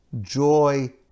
joy